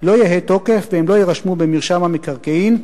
לא יהא תוקף והן לא יירשמו במרשם המקרקעין,